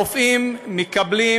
הרופאים מקבלים